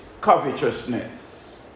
covetousness